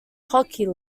hockey